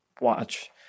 watch